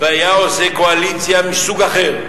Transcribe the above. והיה עושה קואליציה מסוג אחר,